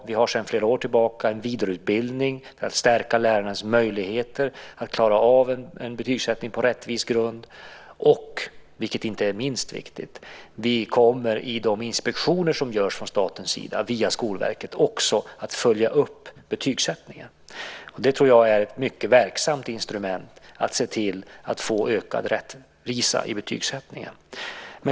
Vi har sedan flera år tillbaka en vidareutbildning för att stärka lärarnas möjligheter att klara av en betygssättning på rättvis grund och, vilket inte är minst viktigt, vi kommer vid de inspektioner som görs från statens sida via Skolverket också att följa upp betygssättningen. Det tror jag är ett mycket verksamt instrument att se till att få ökad rättvisa i betygssättningen.